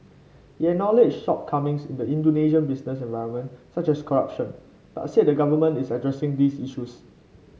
he acknowledged shortcomings in the Indonesian business environment such as corruption but said the government is addressing these issues